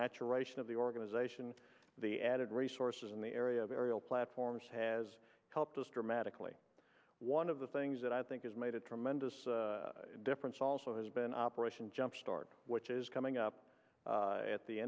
maturation of the organization the added resources in the area of aerial platforms has helped us dramatically one of the things that i think has made a tremendous difference also has been operation jump start which is coming up at the